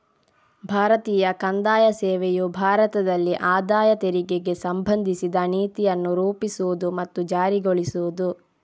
ಭಾರತೀಯ ಕಂದಾಯ ಸೇವೆಯು ಭಾರತದಲ್ಲಿ ಆದಾಯ ತೆರಿಗೆಗೆ ಸಂಬಂಧಿಸಿದ ನೀತಿಯನ್ನು ರೂಪಿಸುವುದು ಮತ್ತು ಜಾರಿಗೊಳಿಸುವುದು